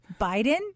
biden